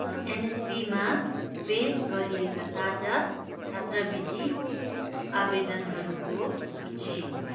एनएसपीमा पेस गरिएका ताजा छात्रवृत्ति आवेदनहरूको सूची